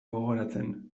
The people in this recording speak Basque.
gogoratzen